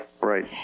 Right